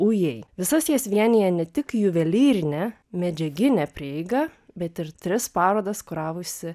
ujei visas jas vienija ne tik juvelyrinė medžiaginė prieiga bet ir tris parodas kuravusi